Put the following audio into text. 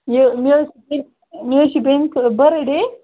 یہِ مےٚ حظ بیٚنہِ مےٚ حظ چھِ بیٚنہِ تھوڑا بٔرِتھ ڈیے